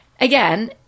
Again